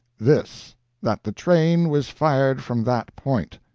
this that the train was fired from that point.